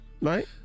Right